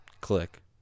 click